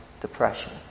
depression